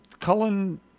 Cullen